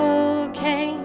okay